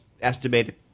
estimated